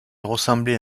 ressemblait